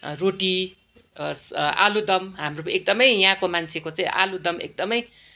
रोटी आलुदम हाम्रो त एकदमै यहाँको मान्छेको चाहिँ आलुदम एकदमै